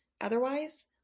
otherwise